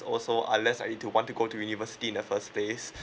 also unless ah it to want to go to university in the first place